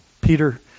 Peter